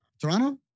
Toronto